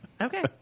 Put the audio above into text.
Okay